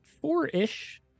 Four-ish